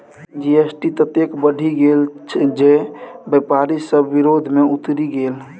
GST ततेक बढ़ि गेल जे बेपारी सभ विरोध मे उतरि गेल